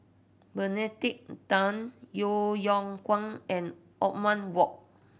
Benedict Tan Yeo Yeow Kwang and Othman Wok